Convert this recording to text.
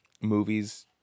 movies